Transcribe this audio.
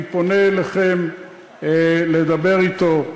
אני פונה אליכם לדבר אתו,